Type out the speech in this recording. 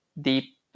deep